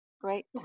Great